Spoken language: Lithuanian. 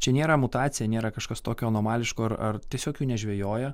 čia nėra mutacija nėra kažkas tokio anomališko ar ar tiesiog jų nežvejoja